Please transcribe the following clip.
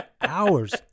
hours